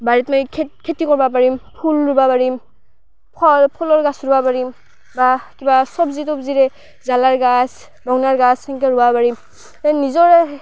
বাৰীত মই খেত খেতি কৰিব পাৰিম ফুল ৰুব পাৰিম ফল ফুলৰ গছ ৰুব পাৰিম বা কিবা চব্জি তব্জিৰে জ্বলাৰ গছ বঙাৰ গছ সেনেকৈ ৰুব পাৰিম এই নিজৰেই